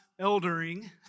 eldering